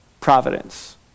providence